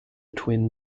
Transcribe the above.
twin